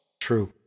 True